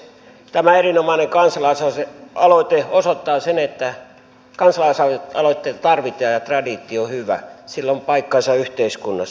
tämä erinomainen kansalaisaloite osoittaa sen että kansalaisaloitteita tarvitaan ja traditio on hyvä sillä on paikkansa yhteiskunnassa